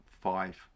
five